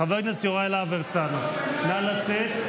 חבר הכנסת יוראי להב הרצנו, נא לצאת.